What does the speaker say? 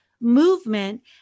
Movement